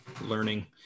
learning